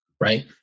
right